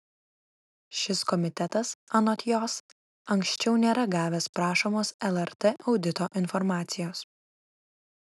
šis komitetas anot jos anksčiau nėra gavęs prašomos lrt audito informacijos